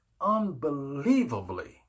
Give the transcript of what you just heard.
unbelievably